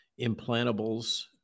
implantables